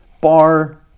bar